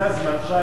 זה הסיכום,